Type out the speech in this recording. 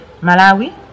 malawi